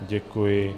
Děkuji.